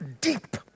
deep